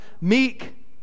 Meek